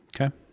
okay